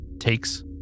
takes